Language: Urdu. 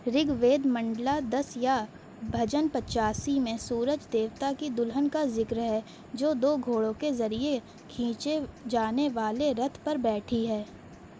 رگ وید منڈلا دس یا بھجن پچاسی میں سورج دیوتا کی دلہن کا ذکر ہے جو دو گھوڑوں کے ذریعہ کھینچے جانے والے رتھ پر بیٹھی ہے